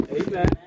Amen